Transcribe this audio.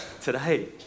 today